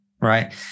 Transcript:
right